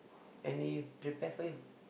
any prepare for you